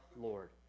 Lord